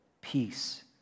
peace